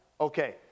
Okay